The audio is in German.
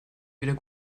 wieder